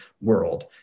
world